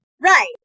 Right